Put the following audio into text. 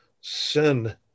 sin